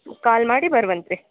ಕಾಲ್ ಮಾಡಿ ಬರುವಂತ್ರಿ